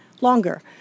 longer